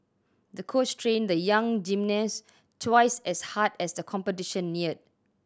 the coach trained the young gymnast twice as hard as the competition neared